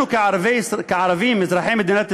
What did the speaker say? אנחנו, כערבים אזרחי מדינת ישראל,